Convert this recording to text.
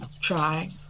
try